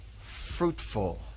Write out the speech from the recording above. fruitful